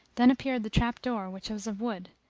then appeared the trap door which was of wood,